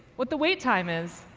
what the wait time is,